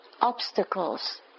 obstacles